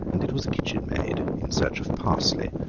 and it was a kitchenmaid, in search of parsley,